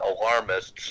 alarmists